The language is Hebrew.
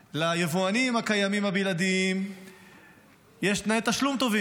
ליבואנים הקיימים הבלעדיים יש תנאי תשלום טובים,